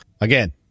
Again